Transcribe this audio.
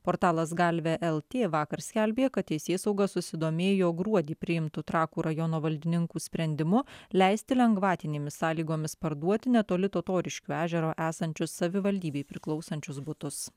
portalas galve lt vakar skelbė kad teisėsauga susidomėjo gruodį priimtu trakų rajono valdininkų sprendimu leisti lengvatinėmis sąlygomis parduoti netoli totoriškių ežero esančius savivaldybei priklausančius butus